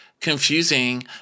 confusing